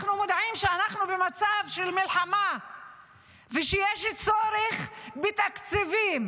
אנחנו מודעים שאנחנו במצב של מלחמה ושיש צורך בתקציבים,